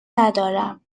ندارم